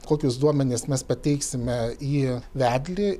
kokius duomenis mes pateiksime į vedlį